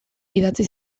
idatzi